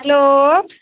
hello